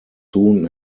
soon